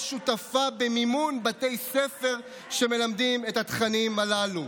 שותפה במימון בתי ספר שמלמדים את התכנים הללו,